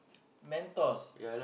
Mentos